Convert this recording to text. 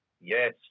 Yes